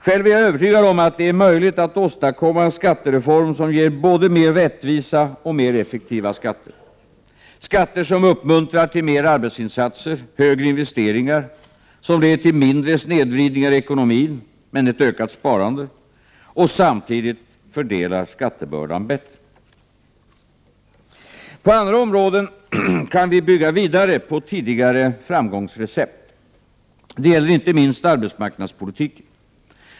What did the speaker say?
Själv är jag övertygad om att det är möjligt att åstadkomma en skattereform som ger både mer rättvisa och mer effektiva skatter: skatter som uppmuntrar till mer arbetsinsatser, större investeringar, mindre snedvridningar i ekonomin, ökat sparande — och som samtidigt fördelar skattebördan bättre. På andra områden kan vi bygga vidare på tidigare framgångsrecept. Det gäller inte minst arbetsmarknadspolitiken.